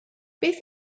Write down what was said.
beth